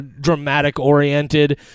dramatic-oriented